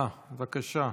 אה, בבקשה.